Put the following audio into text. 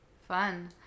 Fun